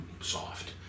soft